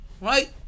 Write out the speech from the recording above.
Right